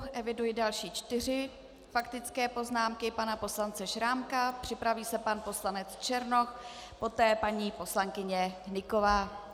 Eviduji další čtyři faktické poznámky pana poslance Šrámka, připraví se pan poslanec Černoch, poté paní poslankyně Hnyková.